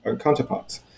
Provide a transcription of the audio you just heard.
counterparts